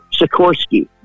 Sikorsky